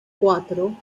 cuatro